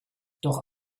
doch